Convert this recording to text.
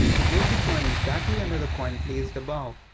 to get the coin exactly under the coin placed above.